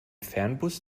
fernbus